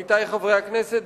עמיתי חברי הכנסת,